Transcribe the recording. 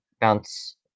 bounce